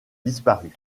disparu